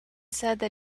said